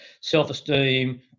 self-esteem